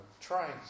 trying